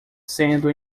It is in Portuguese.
sendo